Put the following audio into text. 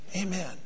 Amen